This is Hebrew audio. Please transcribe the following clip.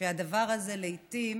שהדבר הזה לעיתים